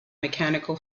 mechanical